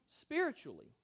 spiritually